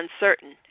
uncertain